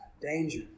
danger